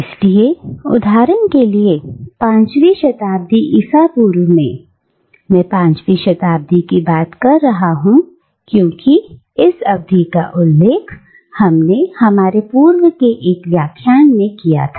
इसलिए उदाहरण के लिए पांचवी शताब्दी ईसा पूर्व में मैं पांचवी शताब्दी की बात कर रहा हूं क्योंकि इस अवधि का उल्लेख हमने हमारे पूर्व के एक व्याख्यान में किया था